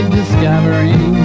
discovering